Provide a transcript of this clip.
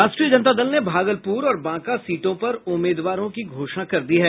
राष्ट्रीय जनता दल ने भागलपुर और बांका सीटों पर उम्मीदवारों की घोषणा कर दी है